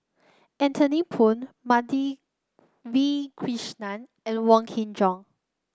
Anthony Poon Madhavi Krishnan and Wong Kin Jong